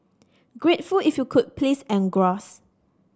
grateful if you could please engross